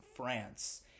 France